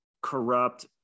corrupt